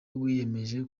wiyemeje